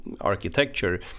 architecture